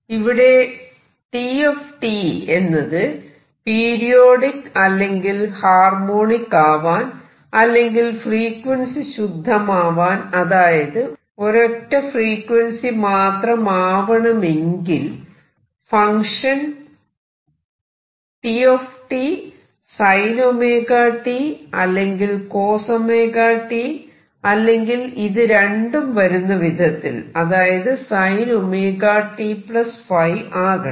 ഇവിടെ T എന്നത് periodic അല്ലെങ്കിൽ ഹാർമോണിക് ആവാൻ അല്ലെങ്കിൽ ഫ്രീക്വൻസി ശുദ്ധമാവാൻ അതായത് ഒരൊറ്റ ഫ്രീക്വൻസി മാത്രമാവണമെങ്കിൽ ഫങ്ക്ഷൻ T sinωt അല്ലെങ്കിൽ cosωt അല്ലെങ്കിൽ ഇത് രണ്ടും വരുന്ന വിധത്തിൽ അതായത് sin⁡ωtϕആകണം